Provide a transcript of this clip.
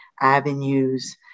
avenues